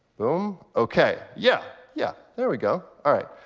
boom. ok, yeah yeah, there we go. all right,